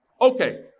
Okay